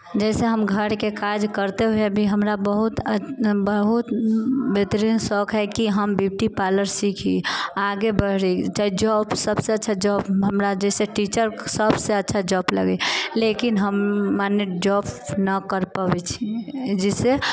जैसे हम घरके काज करते हुए भी हमरा बहुत बहुत बेहतरीन शौक हय कि हम ब्यूटी पार्लर सीखी आगे बढ़ी जॉब सबसँ अच्छा जॉब हमरा जैसे टीचर सबसँ अच्छा जॉब लागैय लेकिन हम माने जॉब नहि कर पाबै छी जाहिसँ